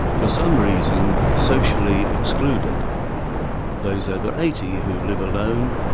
for some reason, socially excluded those over eighty who live alone,